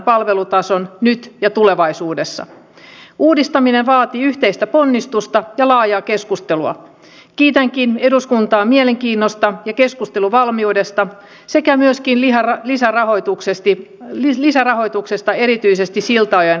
suomen puolustuskyvyn ylläpidon ensisijaisena päämääränä on muodostaa ennalta ehkäisevä kynnys sotilaallisen voiman käytölle ja sillä uhkaamiselle sekä kyky torjua maahamme kohdistuvat mahdolliset hyökkäykset